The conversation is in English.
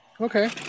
Okay